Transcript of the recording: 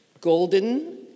Golden